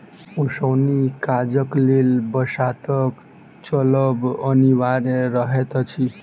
ओसौनी काजक लेल बसातक चलब अनिवार्य रहैत अछि